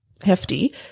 hefty